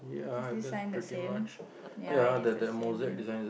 is this the sign the same ya it is the same